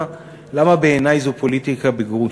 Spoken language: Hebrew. אבל אני קודם אגיד למה בעיני זו פוליטיקה בגרוש.